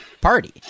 party